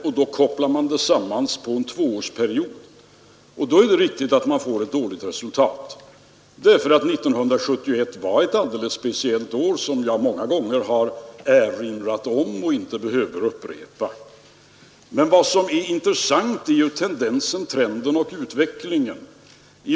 De framställer då denna under en tvåårsperiod, och det är riktigt att man då får ett dåligt resultat, eftersom 1971 var ett alldeles speciellt år, såsom jag många gånger erinrat om och inte behöver närmare gå in på. Men vad som är intressant är ju trenden och utvecklingen.